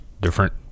different